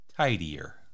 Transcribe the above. tidier